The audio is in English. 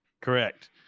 Correct